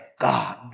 God